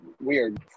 weird